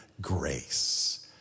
grace